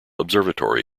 observatory